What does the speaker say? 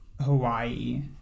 Hawaii